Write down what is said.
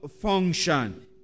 function